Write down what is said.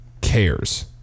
cares